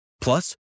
Plus